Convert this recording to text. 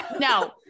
No